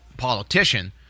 politician